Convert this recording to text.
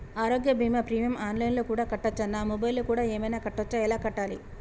ఆరోగ్య బీమా premium online లో కూడా కట్టచ్చా? నా మొబైల్లో కూడా ఏమైనా కట్టొచ్చా? ఎలా కట్టాలి?